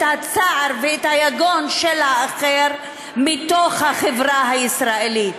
הצער ואת היגון של האחר מתוך החברה הישראלית?